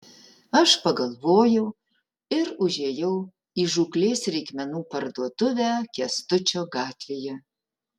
aš pagalvojau ir užėjau į žūklės reikmenų parduotuvę kęstučio gatvėje